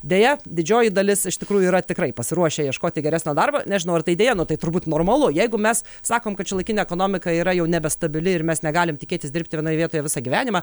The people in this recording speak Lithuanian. deja didžioji dalis iš tikrųjų yra tikrai pasiruošę ieškoti geresnio darbo nežinau ar tai deja nu tai turbūt normalu jeigu mes sakom kad šiuolaikinė ekonomika yra jau nebestabili ir mes negalim tikėtis dirbti vienoje vietoje visą gyvenimą